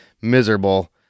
miserable